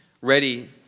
ready